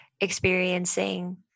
experiencing